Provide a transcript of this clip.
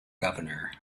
governor